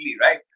right